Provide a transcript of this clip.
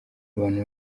abantu